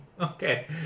Okay